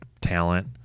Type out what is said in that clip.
talent